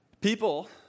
People